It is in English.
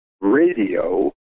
radio